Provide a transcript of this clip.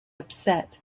upset